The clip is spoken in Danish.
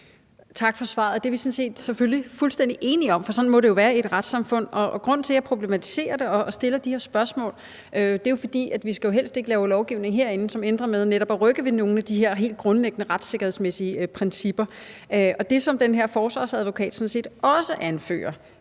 Tak for svaret. Det er vi sådan set selvfølgelig fuldstændig enige om, for sådan må det jo være i et retssamfund. Grunden til, at jeg problematiserer det og stiller de her spørgsmål, er jo, at vi helst ikke skal lave lovgivning herinde, som ender med netop at rykke ved nogle af de her helt grundlæggende retssikkerhedsmæssige principper. Det, som den her forsvarsadvokat sådan set